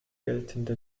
geltende